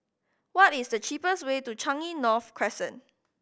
what is the cheapest way to Changi North Crescent